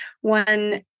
One